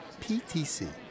PTC